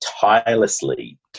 tirelessly